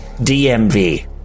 DMV